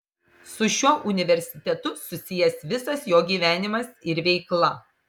su šiuo universitetu susijęs visas jo gyvenimas ir veikla